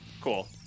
cool